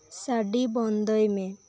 ᱥᱟᱰᱮ ᱵᱚᱱᱫᱚᱭ ᱢᱮ